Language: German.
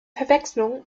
verwechslung